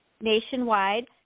nationwide